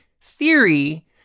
theory